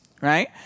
right